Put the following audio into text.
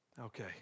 Okay